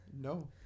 No